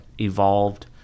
evolved